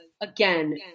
again